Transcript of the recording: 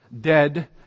dead